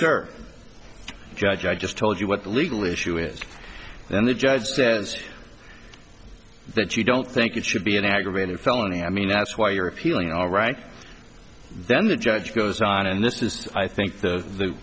sir judge i just told you what the legal issue is and the judge says that you don't think it should be an aggravated felony i mean that's why you're appealing all right then the judge goes on and this is i think the the